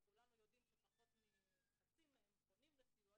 וכולנו יודעים שפחות מחצי מהם פונים לסיוע,